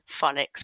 phonics